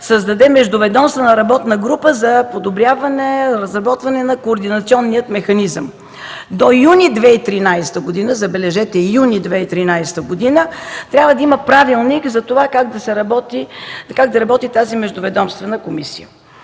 създаде междуведомствена работна група за подобряване, разработване на координационния механизъм. До юни 2013 г. – забележете, юни 2013 г. – трябва да има правилник за това как да работи тази междуведомствена комисия.